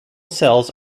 cells